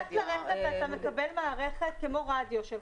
אתה נכנס לרכב ואתה מקבל מערכת, כמו רדיו שלך.